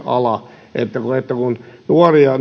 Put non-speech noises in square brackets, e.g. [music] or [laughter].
ala että nuoret ja [unintelligible]